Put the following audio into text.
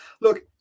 Look